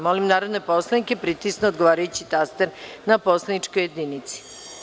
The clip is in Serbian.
Molim narodne poslanike da pritisnu odgovarajući taster na poslaničkoj jedinici.